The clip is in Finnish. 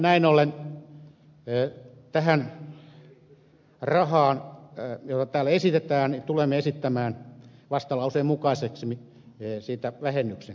näin ollen tähän rahaan jota täällä esitetään tulemme esittämään vastalauseen mukaisesti vähennyksen